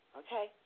okay